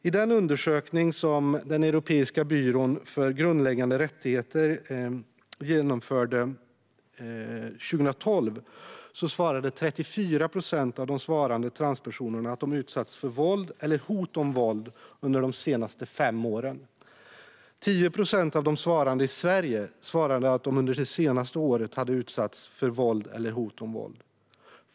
I den undersökning som Europeiska unionens byrå för grundläggande rättigheter genomförde 2012 svarade 34 procent av de svarande transpersonerna att de utsatts för våld eller hot om våld under de senaste fem åren. 10 procent av de svarande från Sverige sa att de under det senaste året hade utsatts för våld eller hot om våld.